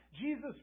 Jesus